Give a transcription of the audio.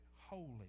holy